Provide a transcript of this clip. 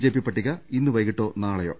JP പട്ടിക ഇന്ന് വൈകീട്ടോ നാളെയോ